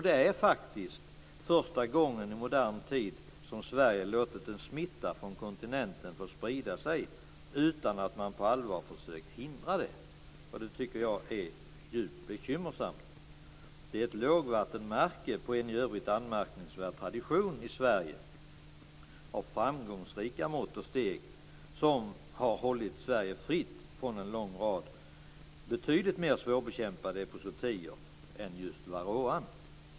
Det är faktiskt första gången i modern tid som Sverige låtit en smitta från kontinenten få sprida sig utan att man på allvar försökt att hindra det. Detta tycker jag är djupt bekymmersamt. Det är ett lågvattenmärke på en i övrigt anmärkningsfri tradition i Sverige av framgångsrika mått och steg som har hållit Sverige fritt från en lång rad betydligt mer svårbekämpade epizootier än just varroan.